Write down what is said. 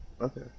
Okay